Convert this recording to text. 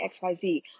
XYZ